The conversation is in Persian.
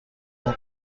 اون